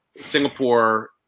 singapore